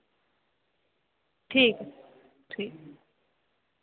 ठीक ठीक